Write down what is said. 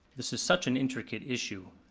this is such an intricate issue.